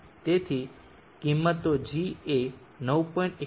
તેથી કિંમતો g એ 9